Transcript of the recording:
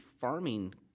farming